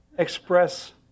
express